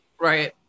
Right